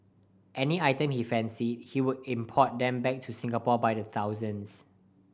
any item he fancied he would import them back to Singapore by the thousands